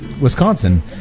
Wisconsin